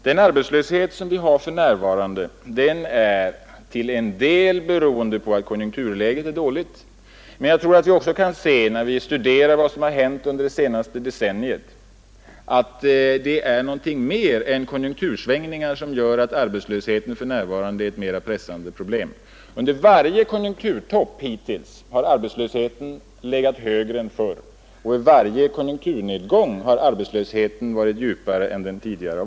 Den arbetslöshet som vi för närvarande har beror till en del på att konjunkturläget är dåligt, men jag tror att vi också kan se — när vi studerar vad som hänt under det senaste decenniet — att det är något mer än konjunktursvängningar som gör att arbetslösheten är ett mycket pressande problem. Vid varje konjunkturtopp hittills har arbetslösheten legat högre än under den föregående, vid varje konjunkturnedgång har arbetslösheten varit djupare än tidigare.